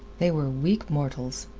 they were weak mortals.